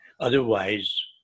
Otherwise